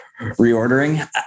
reordering